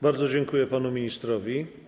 Bardzo dziękuję panu ministrowi.